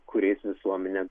kuriais visuomenė